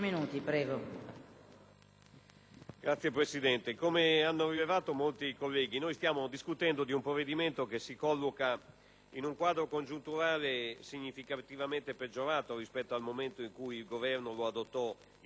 Signora Presidente, come hanno rilevato molti colleghi, stiamo discutendo di un provvedimento che si colloca in un quadro congiunturale significativamente peggiorato rispetto al momento in cui il Governo lo adottò il 29 novembre scorso.